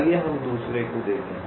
आइए हम दूसरे को देखें